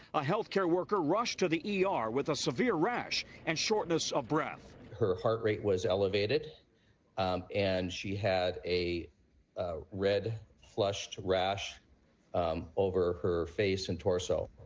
a health care worker rushed to the e r. with a severe rash and shortness of breath. her heart rate was elevated and she had a a red flushed rash over her face and torso